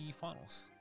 finals